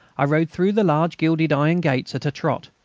i rode through the large gilded iron gates at a trot.